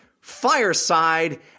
Fireside